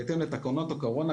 בהתאם לתקנות הקורונה,